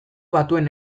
batuen